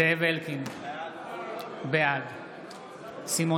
זאב אלקין, בעד סימון